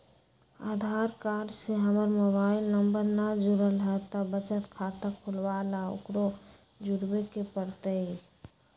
आधार card से हमर mobile number न जुरल है त बचत खाता खुलवा ला उकरो जुड़बे के पड़तई?